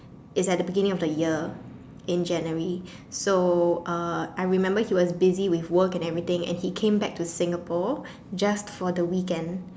it's at the beginning of the year in January so uh I remember he was busy with work and everything and he came back to Singapore just for the weekend